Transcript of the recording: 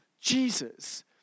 Jesus